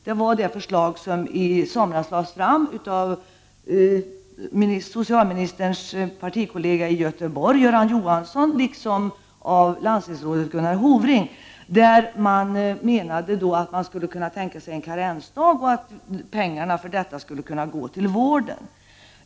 Det var det förslag som i somras lades fram av socialministerns partikollega i Göteborg, Göran Johansson, liksom av landstingsrådet Gunnar Hofring. Man menade då att det var möjligt att tänka sig en karensdag, och att pengarna för detta skulle kunna gå till vården.